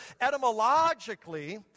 Etymologically